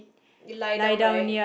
you lie down right